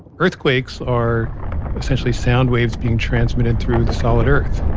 earthquakes are essentially sound waves being transmitted through the solid earth